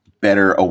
better